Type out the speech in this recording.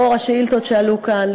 לאור השאילתות שעלו כאן,